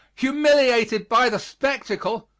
humiliated by the spectacle,